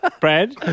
Brad